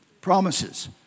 promises